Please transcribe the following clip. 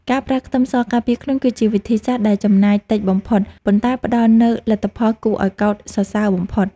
ការប្រើខ្ទឹមសការពារខ្លួនគឺជាវិធីសាស្ត្រដែលចំណាយតិចបំផុតប៉ុន្តែផ្តល់នូវលទ្ធផលគួរឱ្យកោតសរសើរបំផុត។